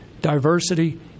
diversity